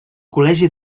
col·legi